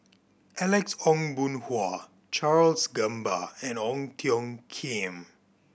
Alex Ong Boon Hau Charles Gamba and Ong Tiong Khiam